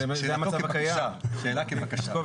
שאלה כבקשה.